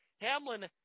Hamlin